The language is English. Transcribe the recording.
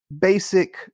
basic